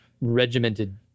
regimented